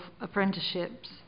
apprenticeships